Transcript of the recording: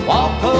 Walk